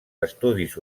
estudis